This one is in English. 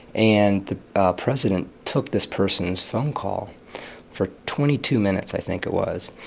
and the president took this person's phone call for twenty two minutes, i think it was.